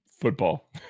football